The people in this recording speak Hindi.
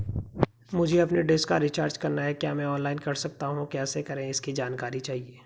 मुझे अपनी डिश का रिचार्ज करना है क्या मैं ऑनलाइन कर सकता हूँ कैसे करें इसकी जानकारी चाहिए?